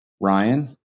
Ryan